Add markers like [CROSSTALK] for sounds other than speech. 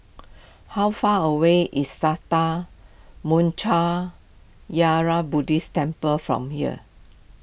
how far away is Sattha [UNINTELLIGIBLE] Buddhist Temple from here